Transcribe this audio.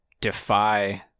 defy